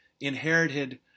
inherited